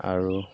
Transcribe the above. আৰু